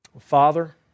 Father